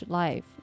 life